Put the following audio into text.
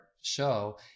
show